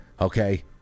Okay